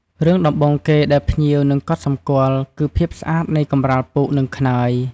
រឿងដំបូងគេដែលភ្ញៀវនឹងកត់សម្គាល់ គឺភាពស្អាតនៃកម្រាលពូក និងខ្នើយ។